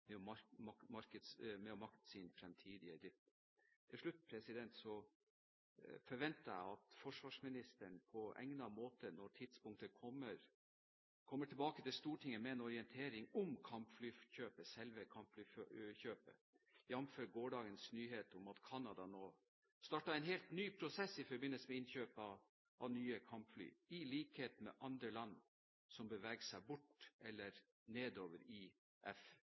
med å makte sin fremtidige drift. Til slutt: Jeg forventer at forsvarsministeren på egnet måte, når tidspunktet kommer, kommer tilbake til Stortinget med en orientering om selve kampflykjøpet, jamfør gårsdagens nyhet om at Canada nå har startet en helt ny prosess i forbindelse med innkjøp av nye kampfly, i likhet med andre land som beveger seg bort fra eller nedover i